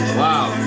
wow